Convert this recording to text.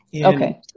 Okay